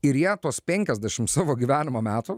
ir jie tuos penkiasdešim savo gyvenimo metų